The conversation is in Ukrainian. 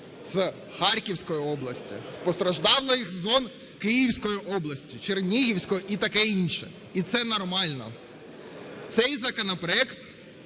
з Харківської області, з постраждалих зон Київської області, Чернігівської і таке інше. І це нормально. Цей законопроект